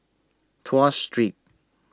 Tuas Street